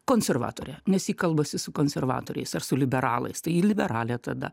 konservatorė nes ji kalbasi su konservatoriais ar su liberalais tai ji liberalė tada